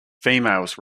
females